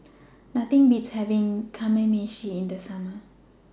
Nothing Beats having Kamameshi in The Summer